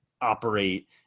operate